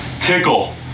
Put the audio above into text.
Tickle